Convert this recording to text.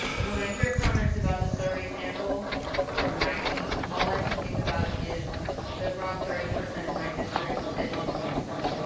when i hear comments about the survey sample from my seat, all i can think about is the brown thirty percent of my district that didn't answer,